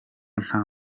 nta